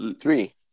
Three